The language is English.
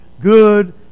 good